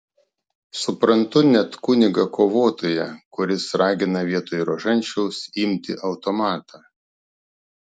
suprantu net kunigą kovotoją kuris ragina vietoj rožančiaus imti automatą